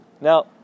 Now